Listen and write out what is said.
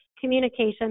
communication